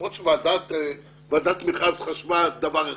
למרות שוועדת המכרז חשבה דבר אחד,